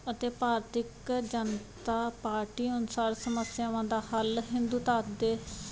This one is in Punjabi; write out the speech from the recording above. ਅਤੇ ਭਾਰਤੀ ਜਨਤਾ ਪਾਰਟੀ ਅਨੁਸਾਰ ਸਮੱਸਿਆਵਾਂ ਦਾ ਹੱਲ ਹਿੰਦੂਤਾ ਦੇ